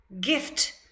gift